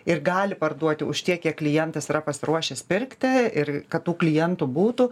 ir gali parduoti už tiek kiek klientas yra pasiruošęs pirkti ir kad tų klientų būtų